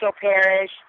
Parish